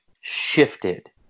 shifted